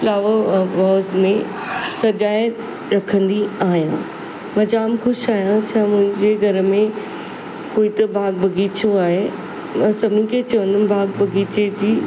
त हो वास में सजाए रखंदी आहियां मां जाम ख़ुशि आहियां छा मुंहिंजे घरु में कोई तो बाग बगीचो आहे मां सभिनीनि खे चवंदमि बाग बगीचे जी